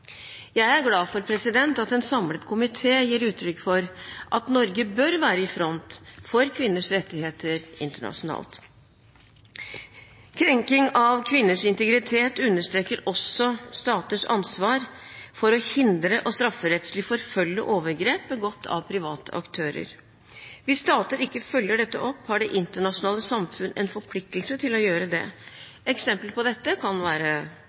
Jeg er glad for at en samlet komité gir uttrykk for at Norge bør være i front for kvinners rettigheter internasjonalt. Krenking av kvinners integritet understreker også staters ansvar for å hindre og strafferettslig forfølge overgrep begått av private aktører. Hvis stater ikke følger dette opp, har det internasjonale samfunn en forpliktelse til å gjøre det. Eksempel på dette kan være